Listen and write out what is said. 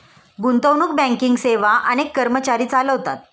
गुंतवणूक बँकिंग सेवा अनेक कर्मचारी चालवतात